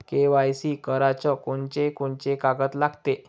KYC कराच कोनचे कोनचे कागद लागते?